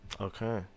okay